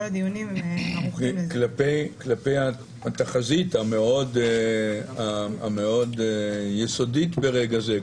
כלפי התחזית המאוד יסודית ברגע זה,